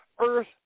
earth